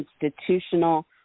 institutional